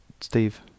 Steve